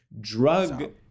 drug